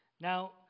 Now